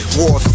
war